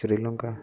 Sri Lanka